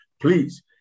please